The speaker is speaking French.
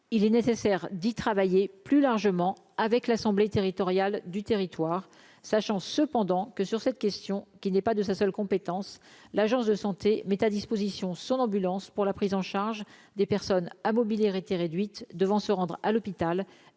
il est nécessaire d'y travailler plus largement avec l'assemblée territoriale du territoire sachant cependant que sur cette question qui n'est pas de sa seule compétence, l'Agence de santé met à disposition son ambulance pour la prise en charge des personnes à mobilité réduite devant se rendre à l'hôpital